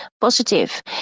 positive